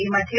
ಈ ಮಧ್ಯೆ